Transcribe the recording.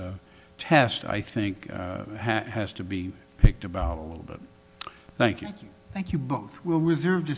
test i think has to be picked about a little bit thank you thank you both we'll reserve